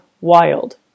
wild